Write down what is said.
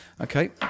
Okay